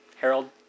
Harold